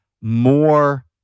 more